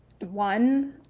one